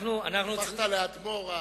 הפכת לאדמו"ר,